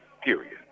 period